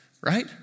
right